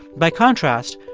by contrast,